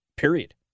Period